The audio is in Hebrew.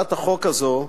הצעת החוק הזאת,